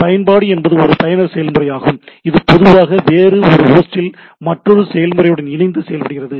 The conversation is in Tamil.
பயன்பாடு என்பது ஒரு பயனர் செயல்முறையாகும் இது பொதுவாக வேறு ஒரு ஹோஸ்டில் மற்றொரு செயல்முறையுடன் இணைந்து செயல்படுகிறது